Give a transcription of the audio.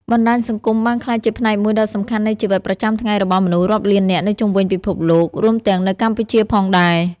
បណ្តាញសង្គមបានក្លាយជាផ្នែកមួយដ៏សំខាន់នៃជីវិតប្រចាំថ្ងៃរបស់មនុស្សរាប់លាននាក់នៅជុំវិញពិភពលោក រួមទាំងនៅកម្ពុជាផងដែរ។